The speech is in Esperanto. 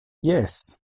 jes